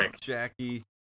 Jackie